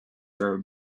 are